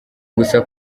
gusa